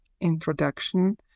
introduction